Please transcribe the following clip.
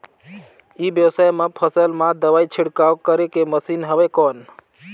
ई व्यवसाय म फसल मा दवाई छिड़काव करे के मशीन हवय कौन?